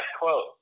quote